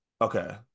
Okay